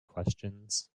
questions